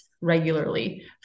regularly